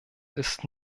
ist